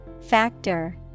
Factor